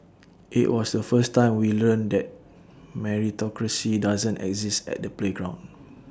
IT was the first time we learnt that meritocracy doesn't exist at the playground